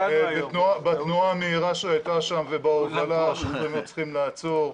בתנועה המהירה שהייתה שם ובהובלה שהיינו צריכים לעצור,